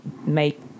make